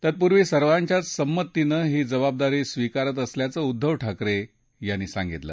तत्पूर्वी सगळ्यांच्या संमतीनं ही जबाबदारी स्वीकारत असल्याचं उद्धव ठाकरे यांनी यावेळी सांगितलं